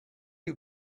you